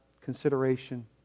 consideration